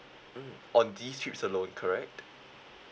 mm on these trips alone correct